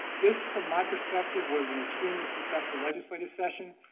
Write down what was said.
this, from my perspective, was an extremely successful legislative session,